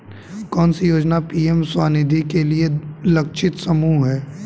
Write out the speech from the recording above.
कौन सी योजना पी.एम स्वानिधि के लिए लक्षित समूह है?